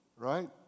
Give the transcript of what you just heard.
Right